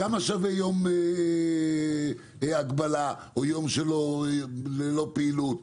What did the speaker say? כמה שווה יום הגבלה או יום ללא פעילות,